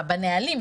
בנהלים,